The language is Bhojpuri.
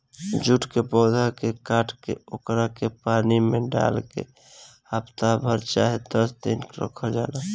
जूट के पौधा के काट के ओकरा के पानी में डाल के हफ्ता भर चाहे दस दिन रखल जाला